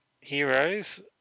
heroes